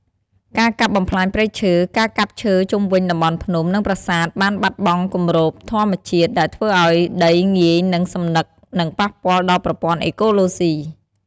ការកាប់បំផ្លាញព្រៃឈើ ការកាប់ឈើជុំវិញតំបន់ភ្នំ និងប្រាសាទបានបាត់បង់គម្របធម្មជាតិ ដែលធ្វើឱ្យដីងាយនឹងសំណឹក និងប៉ះពាល់ដល់ប្រព័ន្ធអេកូឡូស៊ី។